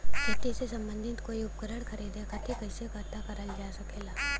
खेती से सम्बन्धित कोई उपकरण खरीदे खातीर कइसे पता करल जा सकेला?